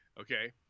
okay